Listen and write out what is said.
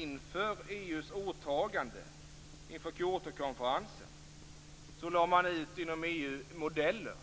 Inför EU:s åtagande inför Kyotokonferensen lade man faktiskt inom EU ut modeller